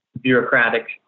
bureaucratic